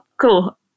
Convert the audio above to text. cool